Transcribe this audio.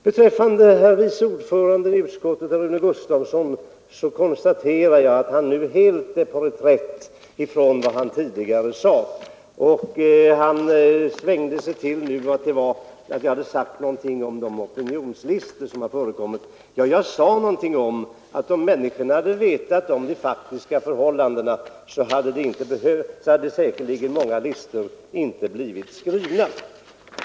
Jag konstaterar att vice ordföranden i utskottet, herr Rune Gustavsson i Alvesta, nu är på reträtt från vad han tidigare sade. Han svängde sig nu med att jag hade sagt någonting nedsättande om de opinionslistor som förekommit. Ja, jag sade att om dessa människor hade känt till de faktiska förhållandena, så hade säkerligen många listor inte blivit skrivna.